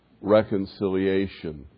reconciliation